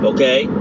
Okay